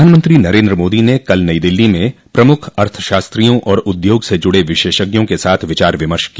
प्रधानमंत्री नरेन्द्र मोदी ने कल नई दिल्ली में प्रमुख अर्थशास्त्रियों और उद्योग से जुड़े विशेषज्ञों के साथ विचार विमर्श किया